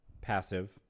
passive